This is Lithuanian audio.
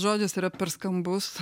žodis yra per skambus